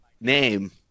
name